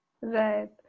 right